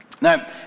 Now